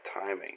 timing